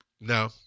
No